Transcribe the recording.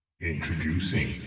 Introducing